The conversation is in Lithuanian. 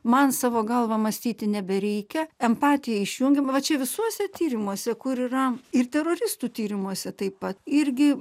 man savo galva mąstyti nebereikia empatija išjungiama va čia visuose tyrimuose kur yra ir teroristų tyrimuose taip pat irgi